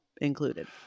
included